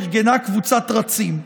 ארגנה קבוצת רצים.